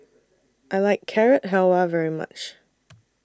I like Carrot Halwa very much